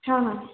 हाँ हाँ